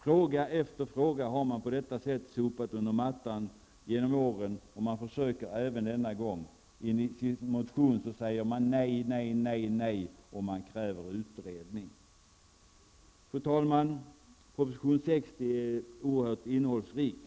Fråga efter fråga har man på detta sätt under årens lopp sopat under mattan. Även denna gång försöker man göra det. I den motion som man väckt säger man nej, nej, nej. Dessutom kräver man utredning. Fru talman! Proposition 60 är oerhört innehållsrik.